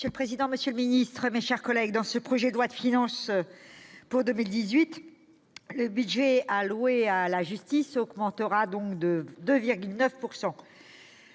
Monsieur le président, monsieur le secrétaire d'État, mes chers collègues, dans ce projet de loi de finances pour 2018, le budget alloué à la justice augmentera de 2,9 %.